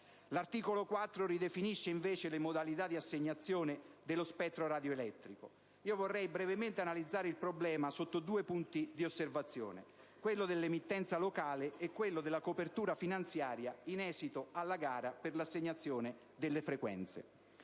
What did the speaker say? L'articolo 4 ridefinisce le modalità di assegnazione dello spettro radioelettrico. Vorrei brevemente analizzare il problema sotto due punti di osservazione: quello dell'emittenza locale e quello della copertura finanziaria in esito alla gara per l'assegnazione delle frequenze.